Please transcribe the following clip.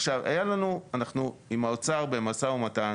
עכשיו, אנחנו במשא ומתן